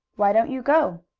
why don't you go?